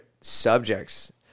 subjects